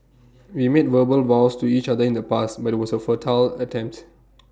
we made verbal vows to each other in the past but IT was A futile attempt